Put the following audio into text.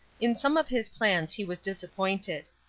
in some of his plans he was disappointed.